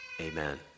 amen